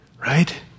right